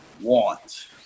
want